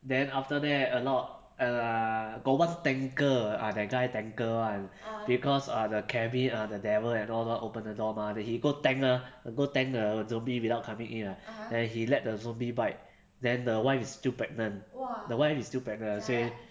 then after that a lot err got one tanker ah the guy tanker [one] because uh the cabin the devil and all don't want open the door mah then he go tank ah he go tank the zombie without coming in ah then he let the zombie bite then the wife is still pregnant the wife is still pregnant 所以